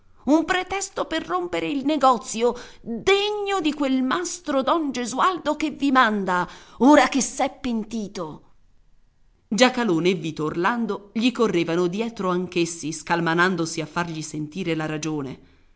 un pretesto per rompere il negozio degno di quel mastro don gesualdo che vi manda ora che s'è pentito giacalone e vito orlando gli correvano dietro anch'essi scalmanandosi a fargli sentire la ragione